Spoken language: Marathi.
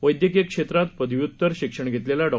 वैद्यकीय क्षेत्रात पदव्युत्तर शिक्षण घेतलेल्या डॉ